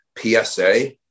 PSA